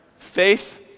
Faith